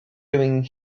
doing